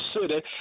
city